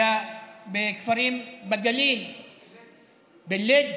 היה בכפרים בגליל, בלוד.